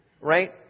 right